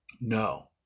No